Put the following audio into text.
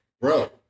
Bro